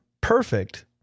perfect